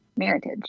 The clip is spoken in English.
Meritage